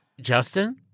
Justin